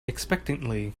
expectantly